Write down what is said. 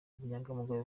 ubunyangamugayo